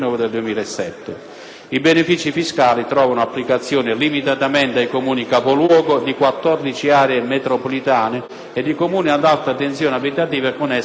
I benefici fiscali trovano applicazione limitatamente ai Comuni capoluogo di 14 aree metropolitane e ai Comuni ad alta tensione abitativa con essi confinanti.